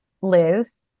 Liz